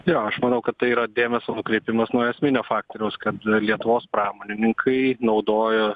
jo aš manau kad tai yra dėmesio nukreipimas nuo esminio faktoriaus kad ir lietuvos pramonininkai naudojo